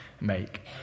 make